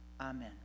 Amen